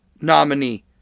nominee